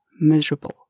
miserable